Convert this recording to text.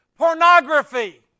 Pornography